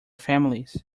families